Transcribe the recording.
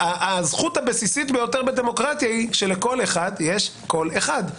הזכות הבסיסית בדמוקרטיה היא שלכל אחד יש קול אחד.